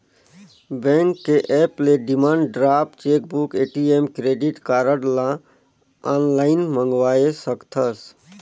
bank के app ले demand draft, chequebook, ATM, credit card ल आनलाइन मंगवाये सकथस